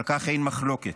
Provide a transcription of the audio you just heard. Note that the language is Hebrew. על כך אין מחלוקת.